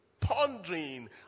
pondering